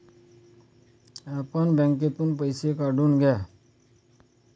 आपण बँकेतून पैसे काढून घ्या